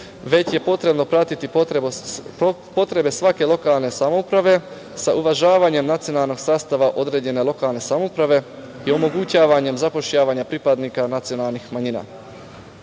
već je potrebno pratiti potrebe svake lokalne samouprave, sa uvažavanjem nacionalnog sastava određene lokalne samouprave i omogućavanjem zapošljavanja pripadnika nacionalnih manjina. Mi